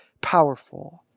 Powerful